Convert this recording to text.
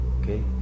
Okay